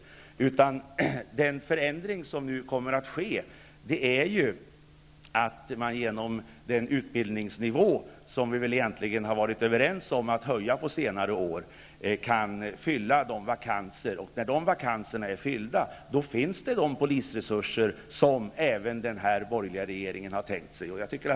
Den förändring som nu kommer att genomföras är att man genom att höja utbildningsnivån, som vi under senare år egentligen varit överens om att höja, kan fylla vakanserna. När vakanserna är fyllda, finns det polisresurser som även den här borgerliga regeringen har tänkt sig.